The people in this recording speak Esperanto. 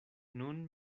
nun